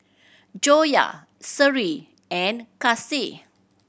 Joyah Seri and Kasih